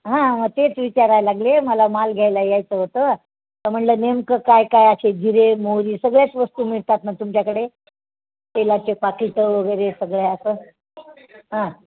हा म तेच विचारायला लागले मला माल घ्यायला यायचं होतं तर म्हटलं नेमकं काय काय असे जिरे मोहरी सगळ्याच वस्तू मिळतात ना तुमच्याकडे तेलाचे पाकिटंवगैरे सगळं असं हा